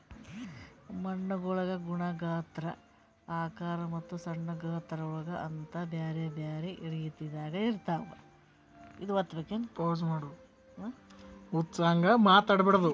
ಮಣ್ಣುಗೊಳ್ ಗುಣ, ಗಾತ್ರ, ಆಕಾರ ಮತ್ತ ಸಣ್ಣ ಗಾತ್ರಗೊಳ್ ಅಂತ್ ಬ್ಯಾರೆ ಬ್ಯಾರೆ ರೀತಿದಾಗ್ ಇರ್ತಾವ್